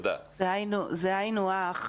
זה היינו הך.